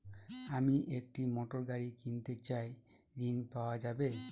আমি একটি মোটরগাড়ি কিনতে চাই ঝণ পাওয়া যাবে?